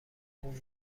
اکنون